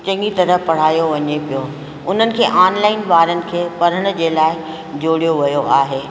चङी तरह पढ़ायो वञे पियो उन्हनि खे आनलाईन वारनि खे पढ़ाइण जे लाइ जोड़ियो वियो आहे